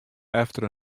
efter